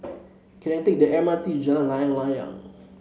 can I take the M R T Jalan Layang Layang